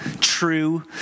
true